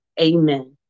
Amen